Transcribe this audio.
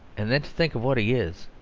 and then to think of what he is,